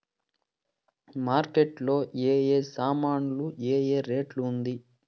Market లో ఏ ఏ సామాన్లు ఏ ఏ రేటు ఉంది?